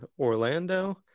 Orlando